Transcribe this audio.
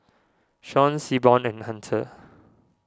Shawn Seaborn and Hunter